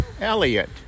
Elliot